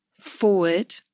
forward